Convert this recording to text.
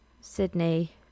Sydney